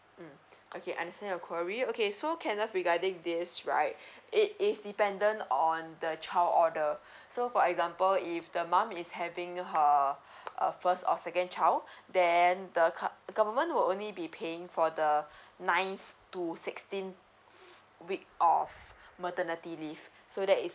mm okay understand your query okay so kenneth regarding this right it is dependent on the child order so for example if the mum is having her uh first or second child then the go~ government will only be paying for the ninth to sixteenth week of maternity leave so that is